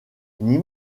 dans